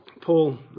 Paul